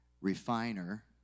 refiner